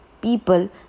People